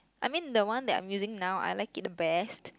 I mean the one that I'm using now I like it the best